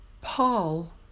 Paul